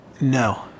No